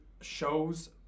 shows